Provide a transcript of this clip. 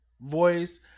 voice